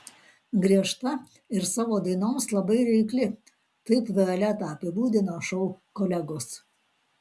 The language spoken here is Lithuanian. griežta ir savo dainoms labai reikli taip violetą apibūdina šou kolegos